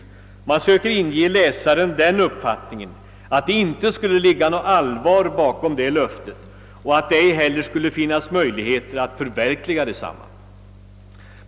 Tidningen försökte inge läsarna den uppfattningen att det inte skulle ligga något allvar bakom det löftet och att det inte heller skulle finnas möjligheter att förverkliga detsamma.